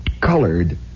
colored